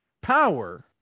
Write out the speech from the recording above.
power